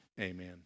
Amen